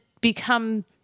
become